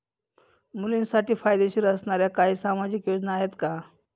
मुलींसाठी फायदेशीर असणाऱ्या काही सामाजिक योजना आहेत का?